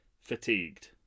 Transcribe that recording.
fatigued